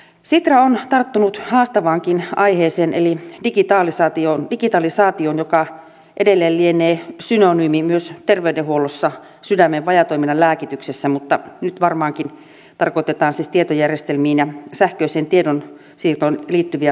sitra on tarttunut haastavaankin aiheeseen eli digitalisaatioon joka edelleen lienee synonyymi myös terveydenhuollossa sydämen vajaatoiminnan lääkityksessä mutta nyt varmaankin tarkoitetaan siis tietojärjestelmiin ja sähköiseen tiedonsiirtoon liittyviä prosesseja